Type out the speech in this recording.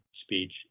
speech